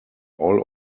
all